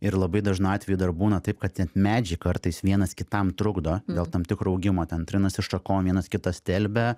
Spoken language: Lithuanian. ir labai dažnu atveju dar būna taip kad net medžiai kartais vienas kitam trukdo dėl tam tikro augimo ten trinasi šakom vienas kitą stelbia